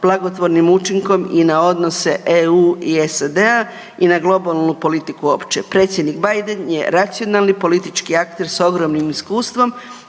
blagotvornim učinkom i na odnose EU i SAD-a i na globalnu politiku uopće. Predsjednik Biden je racionalni politički akter s ogromnim iskustvom,